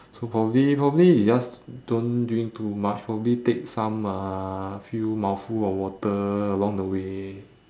so probably probably you just don't drink too much probably take some uh few mouthful of water along the way